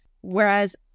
Whereas